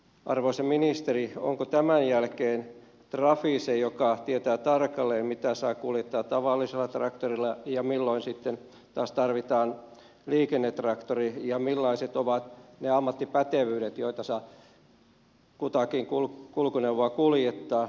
arvoisa ministeri onko tämän jälkeen trafi se joka tietää tarkalleen mitä saa kuljettaa tavallisella traktorilla ja milloin sitten taas tarvitaan liikennetraktori ja millaiset ovat ne ammattipätevyydet jotta saa kutakin kulkuneuvoa kuljettaa